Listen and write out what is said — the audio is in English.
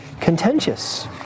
contentious